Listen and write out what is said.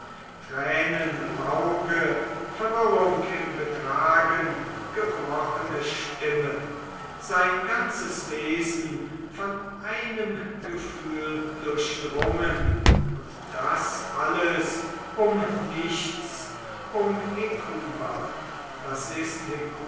tränen im auge verwirrung im betragen gebrochene stimme sein ganzes wesen von einem gefühl durchdrungen und das alles um nichts um hekuba was ist